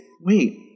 wait